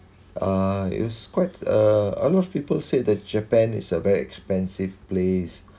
uh it was quite uh a lot of people said that japan is a very expensive place